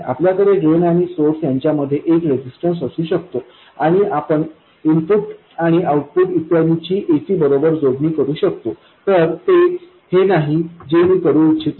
आपल्याकडे ड्रेन आणि सोर्स यांच्यामध्ये एक रेजिस्टन्स असू शकतो आणि आपण इनपुट आणि आउटपुट इत्यादी ची ac बरोबर जोडणी करू शकतो तर ते हे नाही मी जे करू इच्छित नाही